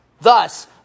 thus